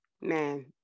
man